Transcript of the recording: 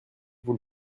vous